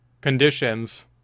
conditions